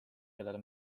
kellele